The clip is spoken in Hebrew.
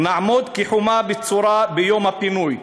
נעמוד כחומה בצורה ביום הפינוי.